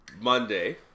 Monday